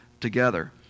together